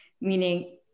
meaning